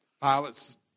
Pilots